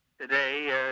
today